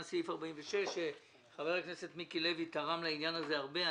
סעיף 46. חבר הכנסת מיקי לוי תרם לעניין הזה הרבה.